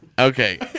Okay